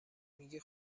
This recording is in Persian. میگی